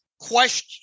question